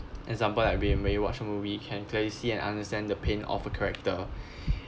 example like being when you watch a movie can clearly see and understand the pain of a character